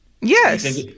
yes